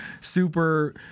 super